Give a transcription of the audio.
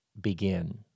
begin